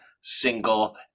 single